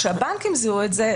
כשהבנקים זיהו את זה,